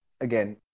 Again